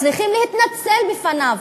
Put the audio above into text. צריכים להתנצל בפניו.